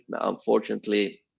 unfortunately